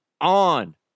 on